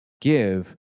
give